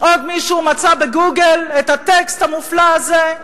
עוד מישהו מצא ב"גוגל" את הטקסט המופלא הזה?